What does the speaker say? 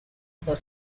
for